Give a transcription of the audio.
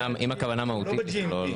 לא ב-GMP.